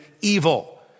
evil